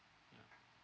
ya